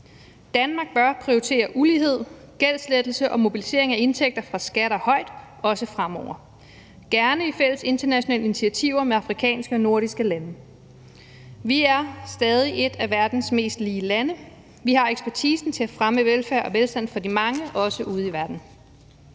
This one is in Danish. Danmark bør prioritere ulighed, gældslettelse og mobilisering af indtægter fra skatter højt, også fremover, og gerne i fælles internationale initiativer med afrikanske og nordiske lande. Vi er stadig et af verdens mest lige lande, og vi har ekspertisen til at fremme velfærd og velstand for de mange, også ud i verden.